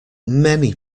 many